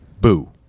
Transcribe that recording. Boo